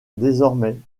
désormais